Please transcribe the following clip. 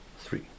Three